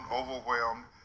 overwhelmed